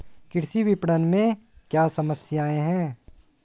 कृषि विपणन में क्या समस्याएँ हैं?